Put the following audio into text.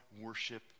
worship